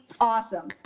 Awesome